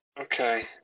Okay